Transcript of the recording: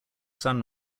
sun